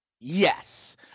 Yes